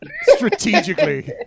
strategically